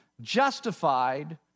justified